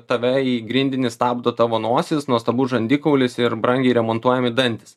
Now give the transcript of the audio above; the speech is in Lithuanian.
tave į grindinį stabdo tavo nosis nuostabus žandikaulis ir brangiai remontuojami dantys